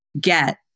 get